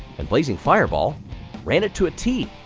and blazing fireball ran it to a tee.